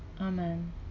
Amen